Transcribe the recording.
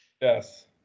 Yes